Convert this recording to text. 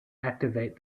activate